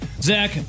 Zach